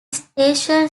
station